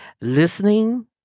Listening